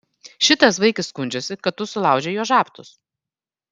šitas vaikis skundžiasi kad tu sulaužei jo žabtus